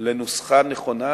לנוסחה נכונה